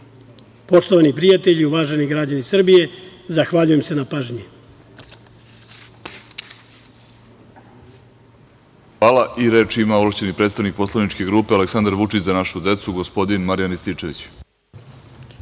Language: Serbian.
za. Poštovani prijatelji i uvaženi građani Srbije, zahvaljujem se na pažnji.